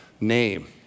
name